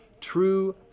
true